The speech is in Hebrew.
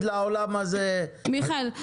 לעולם הזה את הטוב ואת --- מיכאל,